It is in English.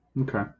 Okay